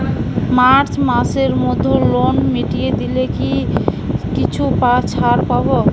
March মাসের মধ্যে loan মিটিয়ে দিলে কি কিছু ছাড় পাব?